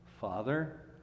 Father